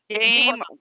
game